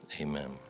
Amen